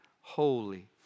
holy